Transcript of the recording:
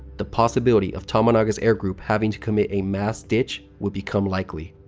the possibility of tomonaga's air group having to commit a mass ditch would become likely.